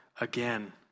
again